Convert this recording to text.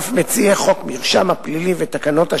אף מציעי חוק המרשם הפלילי ותקנת השבים,